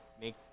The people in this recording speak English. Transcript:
make